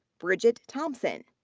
bridgette thomson.